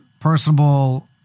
personable